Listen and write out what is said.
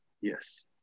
yes